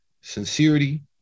sincerity